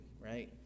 right